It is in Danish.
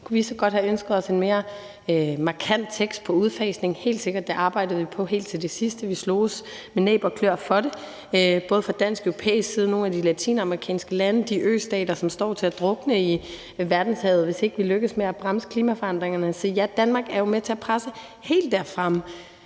Kunne vi så godt have ønsket os en mere markant tekst på udfasningsområdet? Det kunne vi helt sikkert. Det arbejdede vi på helt til det sidste. Vi sloges med næb og kløer for det, både fra dansk og europæisk side og med nogle af de latinamerikanske lande og de østater, som står til at drukne i verdenshavet, hvis ikke vi lykkes med at bremse klimaforandringerne. Så ja, Danmark er jo med til at presse på helt fremme